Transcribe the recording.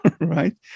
right